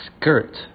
skirt